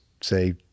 say